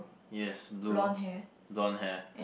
yes blue don't have